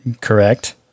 Correct